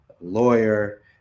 lawyer